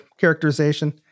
characterization